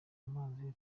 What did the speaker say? amazina